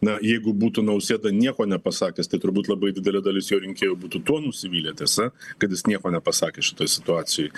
na jeigu būtų nausėda nieko nepasakęs tai turbūt labai didelė dalis jo rinkėjų būtų tuo nusivylę tiesa kad jis nieko nepasakė šitoj situacijoj